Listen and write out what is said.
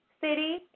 City